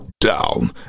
down